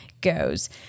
goes